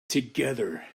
together